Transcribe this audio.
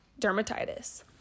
dermatitis